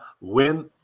win